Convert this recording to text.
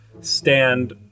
stand